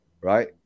right